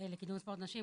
לקידום ספורט נשים.